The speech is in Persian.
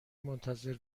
منتظر